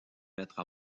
mettre